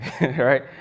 right